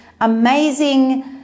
amazing